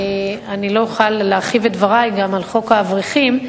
לא אוכל להרחיב דברים על חוק האברכים.